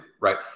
right